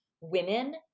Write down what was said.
women